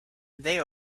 they